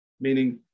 meaning